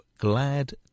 Glad